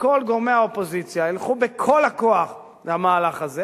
שכל גורמי האופוזיציה ילכו בכל הכוח למהלך הזה,